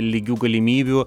lygių galimybių